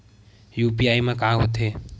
UPI मा का होथे?